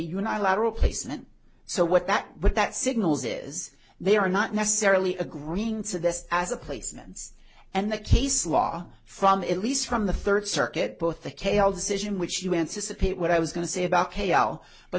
arab placement so what that what that signals is they are not necessarily agreeing to this as a placements and the case law from at least from the third circuit both the kale decision which you anticipate what i was going to say about kal but